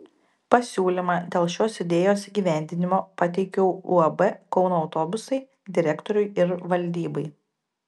pasiūlymą dėl šios idėjos įgyvendinimo pateikiau uab kauno autobusai direktoriui ir valdybai